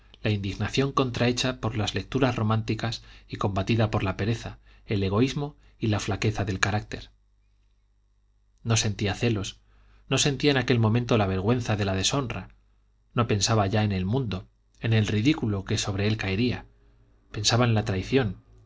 la indignación contrahecha por las lecturas románticas y combatida por la pereza el egoísmo y la flaqueza del carácter no sentía celos no sentía en aquel momento la vergüenza de la deshonra no pensaba ya en el mundo en el ridículo que sobre él caería pensaba en la traición